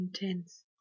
intense